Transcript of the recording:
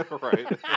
Right